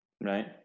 Right